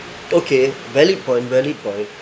okay valid point valid point